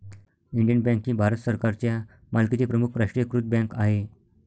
Indian bank ही भारत सरकारच्या मालकीची प्रमुख राष्ट्रीयीकृत बँक आहे